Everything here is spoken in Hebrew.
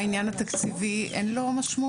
העניין התקציבי, אין לו משמעות?